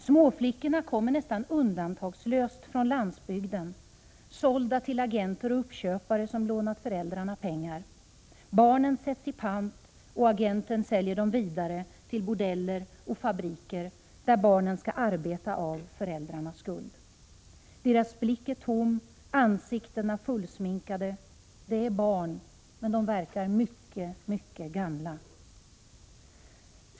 Småflickorna kommer nästan undantagslöst från landsbygden — sålda till agenter och uppköpare som lånat föräldrarna pengar. Barnen sätts i pant och agenten säljer dem vidare till bordeller och fabriker där barnen skall arbeta av föräldrarnas skuld. Deras blick är tom, ansiktena fullsminkade. De är barn, men de verkar mycket mycket gamla.